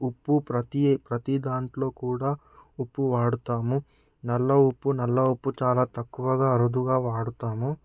ఉప్పు ప్రతి ప్రతి దాంట్లో కూడా ఉప్పు వాడుతాము నల్ల ఉప్పు నల్ల ఉప్పు చాలా తక్కువగా అరుదుగా వాడతాము